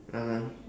(uh huh)